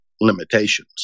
limitations